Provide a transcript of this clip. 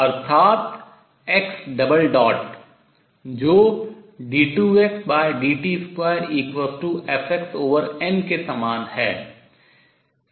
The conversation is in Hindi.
अर्थात x जो d2xdt2Fxm के समान है